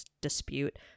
dispute